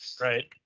right